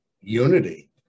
unity